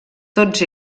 tots